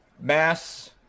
Mass